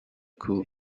cool